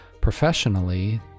professionally